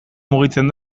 mugitzen